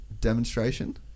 demonstration